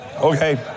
Okay